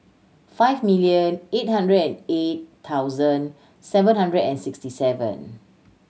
five million eight hundred and eight thousand seven hundred and sixty seven